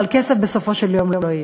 אבל כסף בסופו של דבר לא יהיה.